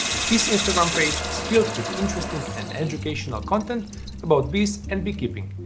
his instagram page is filled with interesting and educational content about bees and beekeeping,